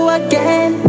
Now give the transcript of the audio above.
again